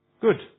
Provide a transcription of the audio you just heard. Good